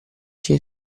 sia